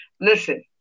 listen